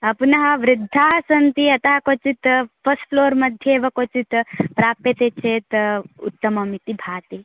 पुनः वृद्धाः सन्ति अतः क्वचित् फस्ट् फ्लोर् मध्येव क्वचित् प्राप्यते चेत् उत्तमम् इति भाति